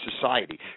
society